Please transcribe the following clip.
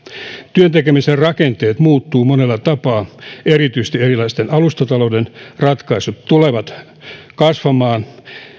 työn tekemisen rakenteet muuttuvat monella tapaa erityisesti erilaiset alustatalouden ratkaisut tulevat kasvamaan